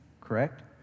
Correct